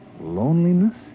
Loneliness